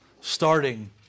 starting